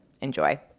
Enjoy